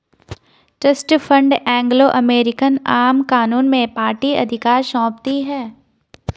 trust fund Anglo American आम कानून में पार्टी अधिकार सौंपती है